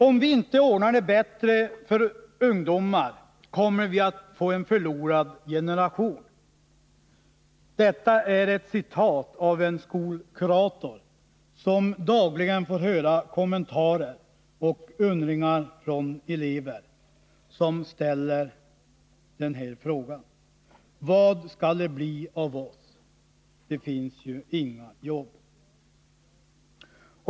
”Om vi inte ordnar det bättre för ungdomar, kommer vi att få en förlorad generation.” Detta är ett citat från en skolkurator, som dagligen får höra kommentarer och undringar från elever som ställer frågan: Vad skall det bli av oss? Det finns ju inga jobb.